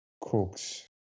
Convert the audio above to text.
cooks